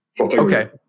Okay